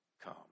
come